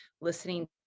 listening